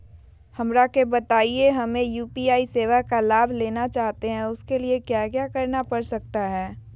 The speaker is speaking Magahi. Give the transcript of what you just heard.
हमरा के बताइए हमें यू.पी.आई सेवा का लाभ लेना चाहते हैं उसके लिए क्या क्या करना पड़ सकता है?